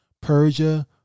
Persia